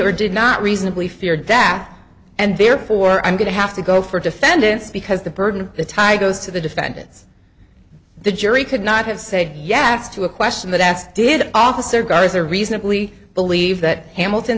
or did not reasonably feared that and therefore i'm going to have to go for defendants because the burden of the tie goes to the defendants the jury could not have said yes to a question that asked did officer guys are reasonably believe that hamilton